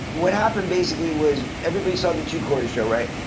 what happened basically, was everybody saw the two coreys show, right?